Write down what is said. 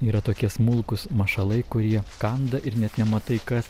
yra tokie smulkūs mašalai kurie kanda ir net nematai kas